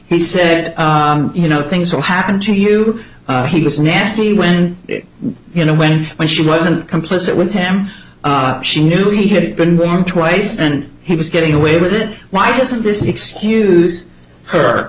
he said you know things will happen to you he was nasty when you know when when she wasn't complicit with him she knew he had been with him twice and he was getting away with it why doesn't this excuse her